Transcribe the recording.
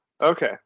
okay